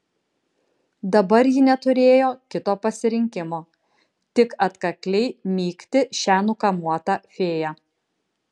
dabar ji neturėjo kito pasirinkimo tik atkakliai mygti šią nukamuotą fėją